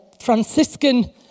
Franciscan